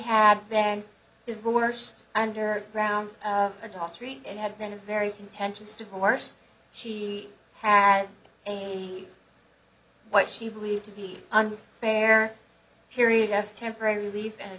had been divorced under grounds adultery and had been a very contentious divorce she ate what she believed to be fair period left temporary relief and